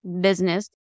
business